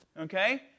Okay